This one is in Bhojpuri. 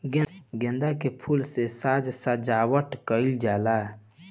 गेंदा के फूल से साज सज्जावट कईल जाला